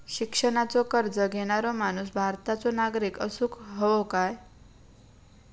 शिक्षणाचो कर्ज घेणारो माणूस भारताचो नागरिक असूक हवो काय?